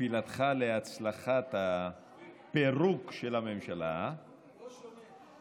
תפילתך להצלחת הפירוק של הממשלה, לא שומעים.